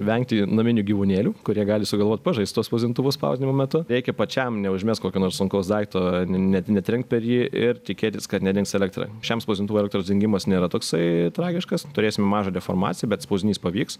vengti naminių gyvūnėlių kurie gali sugalvot pažaist tuo spausdintuvu spausdinimo metu reikia pačiam neužmest kokio nors sunkaus daikto ne netrenkt per jį ir tikėtis kad nedings elektra šiam spausdintuvo elektros dingimas nėra toksai tragiškas turėsim mažą deformaciją bet spausdinys pavyks